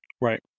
Right